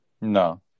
No